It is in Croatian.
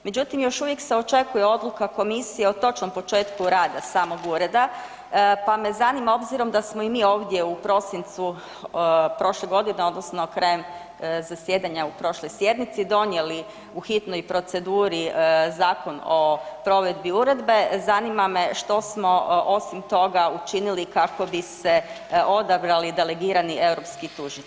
Međutim, još uvijek se očekuje odluka Komisije o točnom početku rada samog Ureda, pa me zanima, obzirom da smo i mi ovdje u prosincu prošle godine, odnosno krajem zasjedanja u prošloj sjednici donijeli u hitnoj proceduri zakon o provedbi uredbe, zanima me, što smo, osim toga, učinili kako bi se odabrali delegirani europski tužitelji?